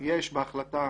יש בהחלטה